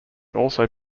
also